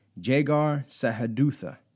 Jagar-Sahadutha